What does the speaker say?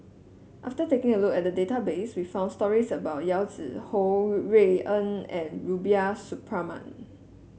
after taking a look at the database we found stories about Yao Zi Ho Rui An and Rubiah Suparman